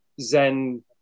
zen